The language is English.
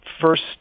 first